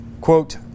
quote